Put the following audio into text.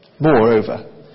Moreover